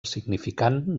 significant